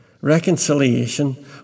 Reconciliation